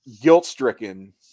guilt-stricken